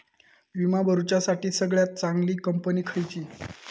विमा भरुच्यासाठी सगळयात चागंली कंपनी खयची?